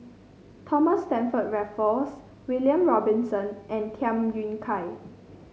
Thomas Stamford Raffles William Robinson and Tham Yui Kai